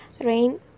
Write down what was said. Rain